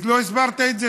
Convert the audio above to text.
לא הסברת את זה.